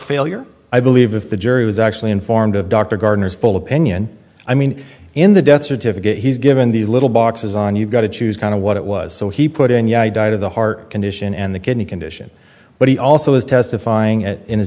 failure i believe if the jury was actually informed of dr gardner's full opinion i mean in the death certificate he's given these little boxes on you've got to choose kind of what it was so he put in yeah i died of the heart condition and the kidney condition but he also is testifying i